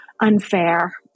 unfair